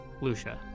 Lucia